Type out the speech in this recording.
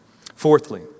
Fourthly